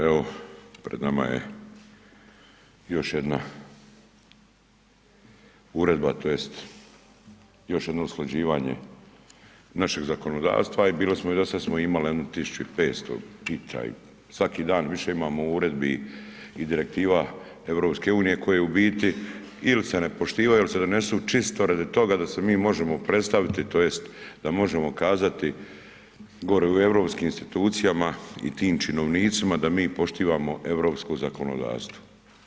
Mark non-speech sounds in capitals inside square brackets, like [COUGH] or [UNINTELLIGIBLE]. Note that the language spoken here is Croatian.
Evo, pred nama je još jedna uredba tj. još jedno usklađivanje našeg zakonodavstva i bili smo i zasad smo imali jedno 1500 ... [UNINTELLIGIBLE] svaki dan više imamo uredbi i direktiva EU-a koje u biti ili se ne poštivaju ili se donesu čisto radi toga da se mi možemo predstaviti tj. da možemo kazati gore u europskim institucijama i tim činovnicima da mi poštivamo europsko zakonodavstvo.